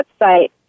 website